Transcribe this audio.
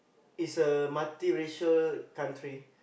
it's a multi racial country